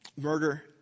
murder